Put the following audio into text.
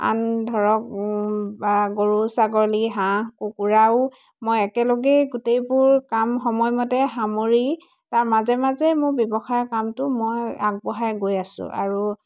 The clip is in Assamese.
আন ধৰক বা গৰু ছাগলী হাঁহ কুকুৰাও মই একেলগেই গোটেইবোৰ কাম সময়মতে সামৰি তাৰ মাজে মাজে মোৰ ব্যৱসায়ৰ কামটো মই আগবঢ়াই গৈ আছোঁ আৰু